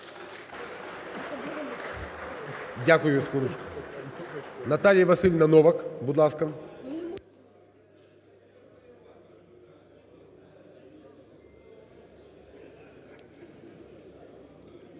Дякую. Наталія Василівна Новак, будь ласка.